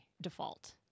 default